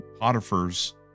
Potiphar's